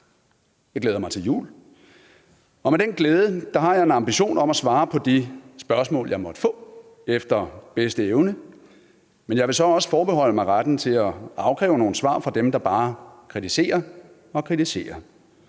jeg glæder mig til jul, og med den glæde har jeg en ambition om at svare på de spørgsmål, jeg måtte få, efter bedste evne. Men jeg vil så også forbeholde mig retten til at afkræve nogle svar fra dem, der bare kritiserer og kritiserer.